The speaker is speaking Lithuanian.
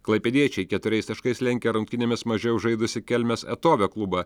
klaipėdiečiai keturiais taškais lenkia rungtynėmis mažiau žaidusį kelmės etovio klubą